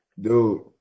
dude